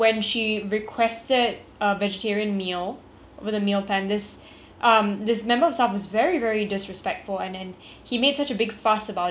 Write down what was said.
with a male pan this um this member of staff was very very disrespectful and and he made such a big fuss about it he was like he started talking about how oh you know